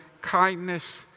kindness